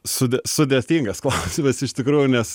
sudė sudėtingas klausimas iš tikrųjų nes